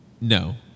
no